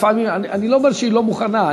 אני לא אומר שהיא לא מוכנה,